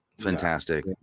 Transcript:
fantastic